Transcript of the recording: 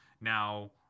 now